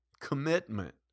Commitment